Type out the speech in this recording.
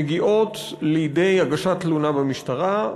מגיעות לידי הגשת תלונה במשטרה,